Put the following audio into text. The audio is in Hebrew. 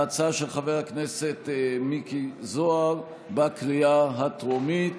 ההצעה של חבר הכנסת מיקי זוהר, בקריאה הטרומית.